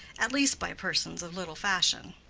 at least by persons of little fashion.